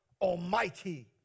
almighty